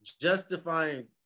justifying